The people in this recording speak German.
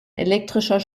elektrischer